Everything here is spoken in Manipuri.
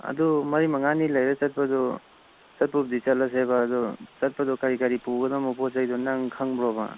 ꯑꯗꯨ ꯃꯔꯤ ꯃꯉꯥꯅꯤ ꯂꯩꯔꯒ ꯆꯠꯄꯗꯨ ꯆꯠꯄꯕꯨꯗꯤ ꯆꯠꯂꯁꯦꯕ ꯑꯗꯨ ꯆꯠꯄꯗꯣ ꯀꯔꯤ ꯀꯔꯤ ꯄꯨꯒꯗꯧꯅꯣ ꯄꯣꯠ ꯆꯩꯗꯣ ꯅꯪ ꯈꯪꯕ꯭ꯔꯣꯕ